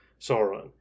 Sauron